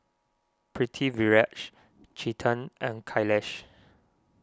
Pritiviraj Chetan and Kailash